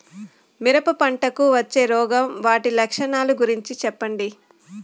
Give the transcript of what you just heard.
మిరప పంటకు వచ్చే రోగం వాటి లక్షణాలు గురించి చెప్పండి?